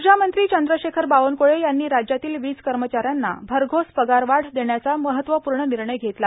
ऊर्जामंत्री चंद्रशेखर बावनक्ळे यांनी राज्यातील वीज कर्मचाऱ्यांना भरघोस पगारवाढ देण्याचा महत्वपूर्ण निर्णय घेतला